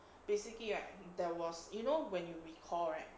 basically right there was you know when you recall right